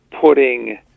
putting